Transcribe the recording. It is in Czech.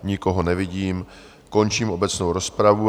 Nikoho nevidím, končím obecnou rozpravu.